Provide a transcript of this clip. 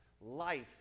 Life